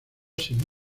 sin